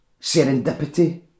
serendipity